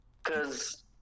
Cause